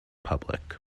public